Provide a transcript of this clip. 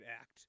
act